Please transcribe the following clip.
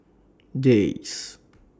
Jays